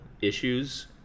issues